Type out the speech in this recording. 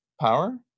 power